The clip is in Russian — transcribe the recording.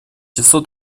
число